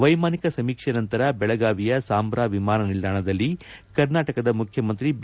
ವೈಮಾನಿಕ ಸಮೀಕ್ಷೆ ನಂತರ ಬೆಳಗಾವಿಯ ಸಾಂಭಾ ವಿಮಾನ ನಿಲ್ದಾಣದಲ್ಲಿ ಕರ್ನಾಟಕ ಮುಖ್ಯಮಂತ್ರಿ ಬಿ